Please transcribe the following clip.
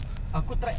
ah masuk